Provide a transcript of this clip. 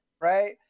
right